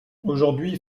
aujourd’hui